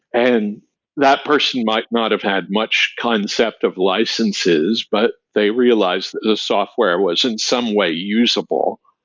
and that person might not have had much concept of licenses, but they realized the software was in some way usable.